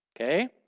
Okay